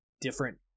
different